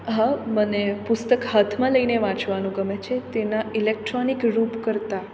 હા મને પુસ્તક હાથમાં લઈને વાંચવાનું ગમે છે તેના ઇલેક્ટ્રોનિક રૂપ કરતાં